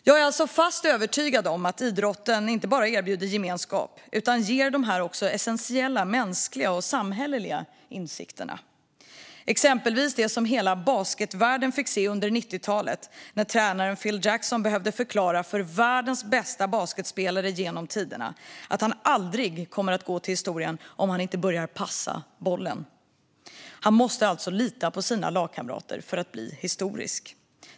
Jag är alltså fast övertygad om att idrotten inte bara erbjuder gemenskap utan också ger de essentiella mänskliga och samhälleliga insikterna. Ett exempel är det som hela basketvärlden fick se under 90-talet, när tränaren Phil Jackson behövde förklara för världens bästa basketspelare genom tiderna att han aldrig kommer att gå till historien om han inte börjar passa bollen. Han måste alltså lita på sina lagkamrater för att kunna bli historisk.